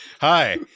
hi